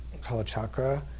Kalachakra